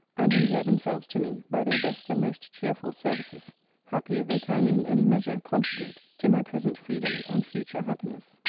and endear themselves to me, by their best and most cheerful services happy if they can in any measure contribute to my present freedom and future happiness.